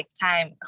time